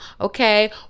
okay